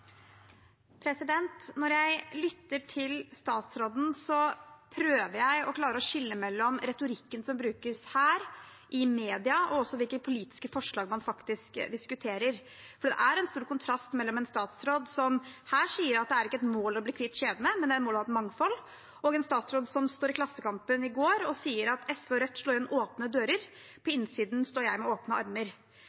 Når jeg lytter til statsråden, prøver jeg å skille mellom retorikken som brukes her, retorikken som brukes i media, og hvilke politiske forslag man diskuterer, for det er en stor kontrast mellom en statsråd som her sier at det er ikke et mål å bli kvitt kjedene, men at det er et mål å ha et mangfold, og en statsråd som i gårsdagens Klassekampen sier: «SV og Raudt slår inn opne dører. Men på